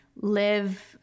live